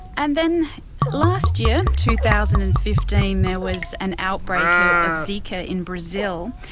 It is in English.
and then last year, two thousand and fifteen, there was an outbreak of of zika in brazil,